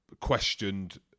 questioned